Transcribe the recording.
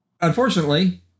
unfortunately